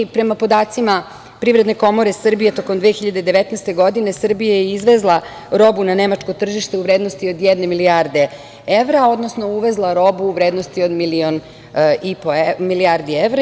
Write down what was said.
Prema podacima Privredne komore Srbije, tokom 2019. godine Srbija je izvezla robu na nemačko tržište u vrednosti od jedne milijarde evra, odnosno uvezla robu u vrednosti od 1,5 milijardi evra.